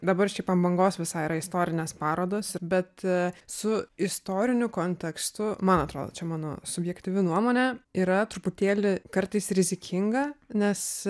dabar šiaip ant bangos visai yra istorinės parodos bet su istoriniu kontekstu man atrodo čia mano subjektyvi nuomonė yra truputėlį kartais rizikinga nes